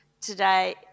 today